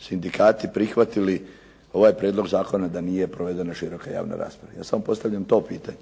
sindikati prihvatili ovaj prijedlog zakona da nije provedena široka javna rasprava. Ja sam o postavljam to pitanje.